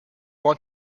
want